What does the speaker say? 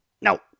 No